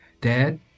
Dad